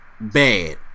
bad